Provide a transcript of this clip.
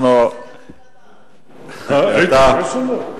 גם שם זה כתוב קטן?